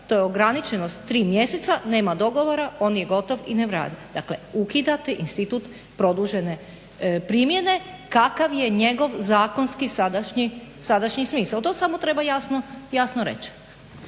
To je ograničeno s tri mjeseca, nema dogovora on je gotov i ne valja. Dakle, ukidate institut produžene primjene kakav je njegov zakonski sadašnji smisao. To samo treba jasno reći.